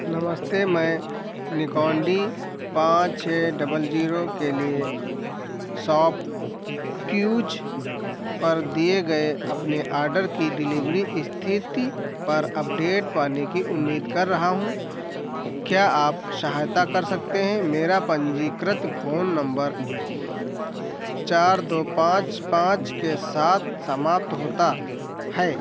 नमस्ते मैं Nikon D पाँच छः डबल जीरो के लिए शॉपक्यूज पर दिए गए अपने आडर की डिलीवरी स्थिति पर अपडेट पाने की उम्मीद कर रहा हूँ क्या आप सहायता कर सकते हैं मेरा पंजीकृत फ़ोन नंबर चार दो पाँच पाँच के साथ समाप्त होता है